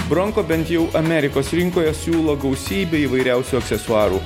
bronko bent jau amerikos rinkoje siūlo gausybę įvairiausių aksesuarų